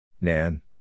Nan